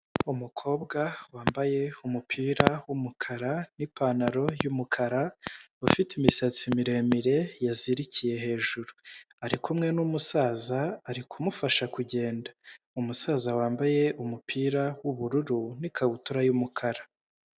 Umukobwa wambaye umupira w'umukara n'ipantaro y'umukara ufite imisatsi miremire, yazirikiye hejuru, arikumwe n'umusaza ari kumufasha kugenda, umusaza wambaye umupira w'ubururu n'ikabutura y'umukara.